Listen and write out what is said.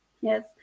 yes